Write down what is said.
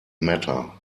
matter